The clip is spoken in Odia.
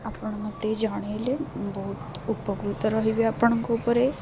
ଆପଣ ମୋତେ ଜାଣାଇଲେ ବହୁତ ଉପକୃତ ରହିବି ଆପଣଙ୍କ ଉପରେ